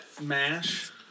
MASH